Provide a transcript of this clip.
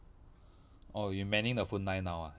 orh you manning the phone line now ah